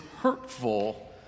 hurtful